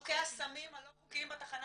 בשווקי הסמים הלא חוקיים בתחנה המרכזית,